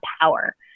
power